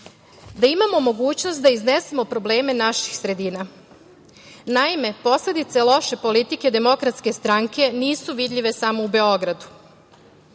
da imamo mogućnost da iznesemo probleme naših sredina. Naime, posledice loše politike DS nisu vidljive samo u Beogradu. Primer